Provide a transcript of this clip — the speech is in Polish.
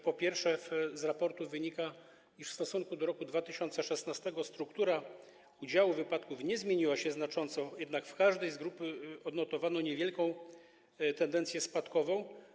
Po pierwsze, z raportu wynika, iż w stosunku do roku 2016 struktura udziału wypadków znacząco się nie zmieniła, jednak w każdej z grup odnotowano niewielką tendencję spadkową.